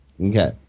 Okay